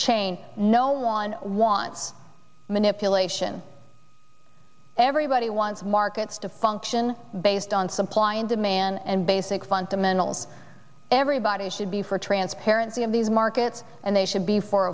change no lawn wants manipulation everybody wants markets to function based on supply and demand and basic fundamentals everybody should be for transparency of these markets and they should be for